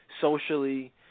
socially